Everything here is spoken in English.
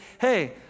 hey